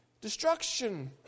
destruction